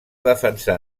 defensar